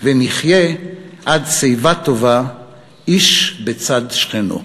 ונחיה עד שיבה טובה איש בצד שכנו".